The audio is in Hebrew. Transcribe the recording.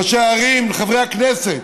ראשי ערים וחברי הכנסת,